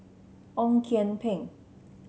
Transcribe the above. Ong Kian Peng